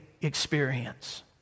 experience